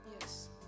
Yes